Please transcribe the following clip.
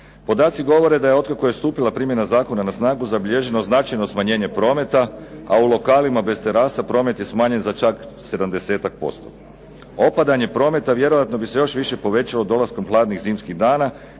Podaci govore da je, otkako je stupila primjena zakona na snagu, zabilježeno značajno smanjenje prometa, a u lokalima bez terasa promet je smanjen za čak 70-tak posto. Opadanje prometa vjerojatno bi se još više povećalo dolaskom hladnih zimskih dana